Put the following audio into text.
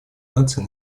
наций